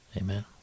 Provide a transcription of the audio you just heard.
Amen